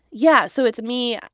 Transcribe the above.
yeah. so it's me.